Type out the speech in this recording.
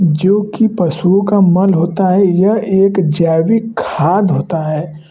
जो कि पशुओं का मल होता है यह एक जैविक खाद होता है